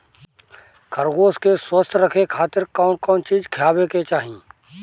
खरगोश के स्वस्थ रखे खातिर कउन कउन चिज खिआवे के चाही?